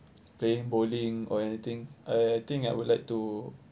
playing bowling or anything I I think I would like to